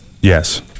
yes